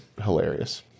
hilarious